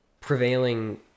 prevailing